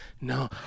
No